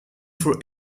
for